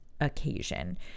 occasion